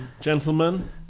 Gentlemen